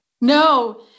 No